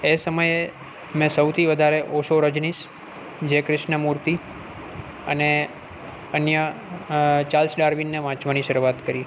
એ સમયે મેં સૌથી વધારે ઓશો રજનિસ જય ક્રિશ્ન મૂર્તિ અને અન્ય ચાર્લ્સ ડાર્વિનને વાંચવાની શરૂઆત કરી